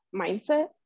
mindset